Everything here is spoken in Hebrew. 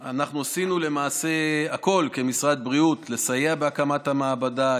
למעשה עשינו הכול במשרד בריאות לסייע בהקמת המעבדה,